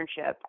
internship